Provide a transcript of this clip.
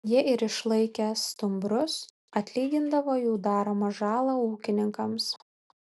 jie ir išlaikė stumbrus atlygindavo jų daromą žalą ūkininkams